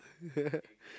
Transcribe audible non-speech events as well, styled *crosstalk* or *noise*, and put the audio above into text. *laughs*